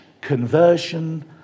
conversion